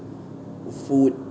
food